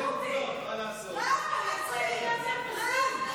מרואן ברגותי, מרואן ברגותי רב-מרצחים, רב-מרצחים.